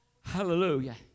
Hallelujah